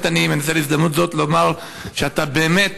אני באמת מנצל הזדמנות זו לומר שאתה באמת